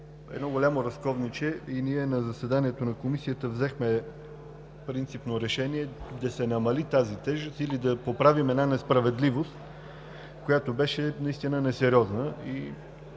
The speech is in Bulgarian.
е голямото разковниче и ние на заседанието на Комисията взехме принципно решение да се намали тази тежест или да поправим една несправедливост, която беше несериозна.